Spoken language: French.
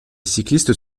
cyclistes